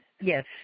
Yes